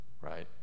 Right